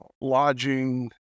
lodging